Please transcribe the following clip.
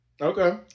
Okay